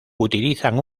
utilizan